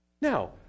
Now